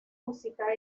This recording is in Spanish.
música